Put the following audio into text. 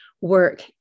work